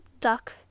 duck